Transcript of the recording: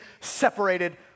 separated